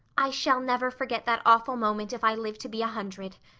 i shall never forget that awful moment if i live to be a hundred.